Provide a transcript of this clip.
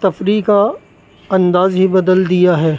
تفریح کا انداز ہی بدل دیا ہے